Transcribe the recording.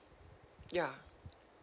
ya